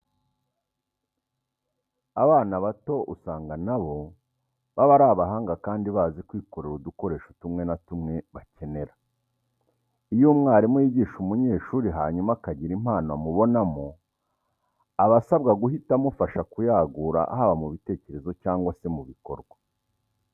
Abana bato usanga na bo baba ari abahanga kandi bazi kwikorera udukoresho tumwe na tumwe bakenera. Iyo umwarimu yigisha umunyeshuri hanyuma akagira impano amubonamo, aba asabwa guhita amufasha kuyagura haba mu bitekerezo cyangwa se mu bikorwa.